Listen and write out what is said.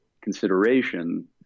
consideration